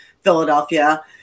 Philadelphia